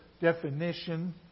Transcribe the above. definition